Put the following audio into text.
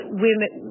women